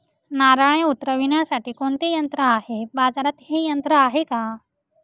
नारळे उतरविण्यासाठी कोणते यंत्र आहे? बाजारात हे यंत्र आहे का?